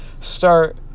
start